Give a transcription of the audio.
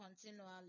continually